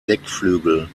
deckflügel